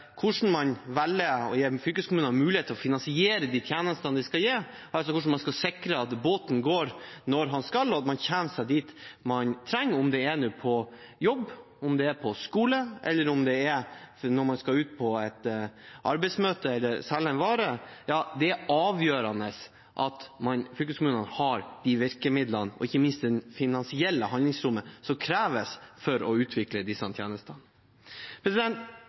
Hvordan man velger å gi fylkeskommunene mulighet til å finansiere de tjenestene de skal gi, altså hvordan man skal sikre at båten går når den skal, og at man kommer seg dit man trenger – om det er på jobb, på skole, eller om det er når man skal ut på et arbeidsmøte eller selge en vare – det er avgjørende at fylkeskommunene har de virkemidlene og ikke minst det finansielle handlingsrommet som kreves for å utvikle disse tjenestene.